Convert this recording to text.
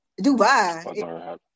Dubai